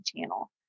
channel